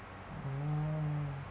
orh